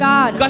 God